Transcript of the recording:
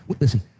listen